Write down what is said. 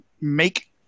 make